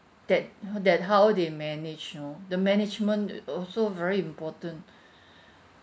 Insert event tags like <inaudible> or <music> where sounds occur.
that how that how they manage you know the management i~ also very important <breath>